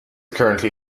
currently